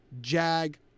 Jag